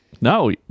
No